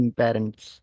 parents